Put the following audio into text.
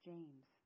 James